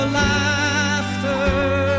laughter